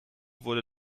wurde